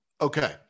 Okay